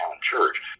church